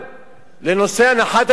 לנושא הנחת התפילין,